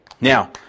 Now